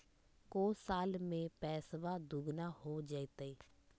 को साल में पैसबा दुगना हो जयते?